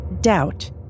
Doubt